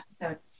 episode